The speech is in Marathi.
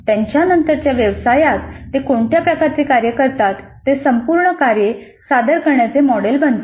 त्यांच्या नंतरच्या व्यवसायात ते कोणत्या प्रकारचे कार्य करतात ते संपूर्ण कार्ये सादर करण्याचे मॉडेल बनते